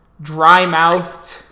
dry-mouthed